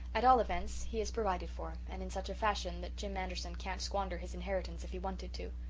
at all events he is provided for, and in such a fashion that jim anderson can't squander his inheritance if he wanted to.